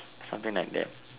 something like that